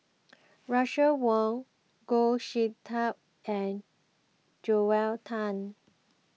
Russel Wong Goh Sin Tub and Joel Tan